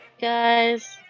guys